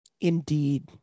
indeed